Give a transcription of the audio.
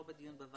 לא בדיון בוועדה.